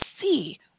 see